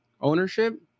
ownership